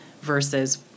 versus